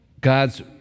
God's